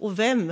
Och vem